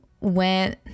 went